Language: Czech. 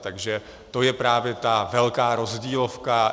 Takže to je právě ta velká rozdílovka.